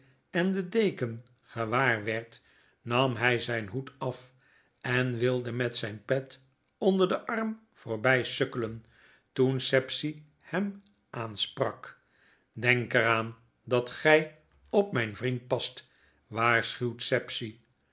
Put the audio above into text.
en den deken gewaar werd nam hy zyn hoed af en wilde met zyn pet onder den arm voorbij sukkelen toen sapsea hem aansprak denk er aan dat gy op myn vriend past waarschuwt sapsea